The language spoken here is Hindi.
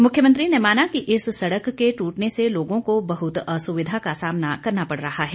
मुख्यमंत्री ने माना कि इस सड़क के टूटने से लोगों को बहुत असुविधा का सामना करना पड़ रहा है